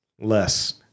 less